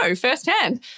firsthand